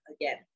again